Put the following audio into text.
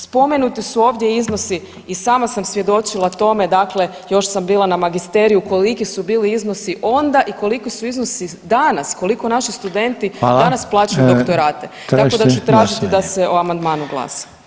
Spomenuti su ovdje iznosi, i sama sam svjedočila tome, dakle, još sam bila na magisteriju, koliki su bili iznosi onda i koliko su iznosi danas, koliko naši studenti danas plaćaju doktorate [[Upadica: Hvala.]] tako da ću tražiti da se o [[Upadica: Tražite glasovanje?]] amandmanu glasa.